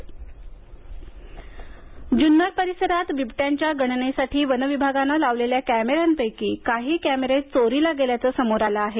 कॅमेऱ्यांची चोरी जून्नर परिसरात बिबट्यांच्या गणनेसाठी वन विभागाने लावलेल्या कॅमेऱ्यांपैकी काही कॅमेरे चोरीला गेल्याचं समोर आलं आहे